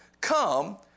Come